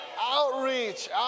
outreach